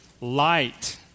light